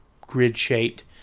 grid-shaped